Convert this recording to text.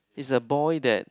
is a boy that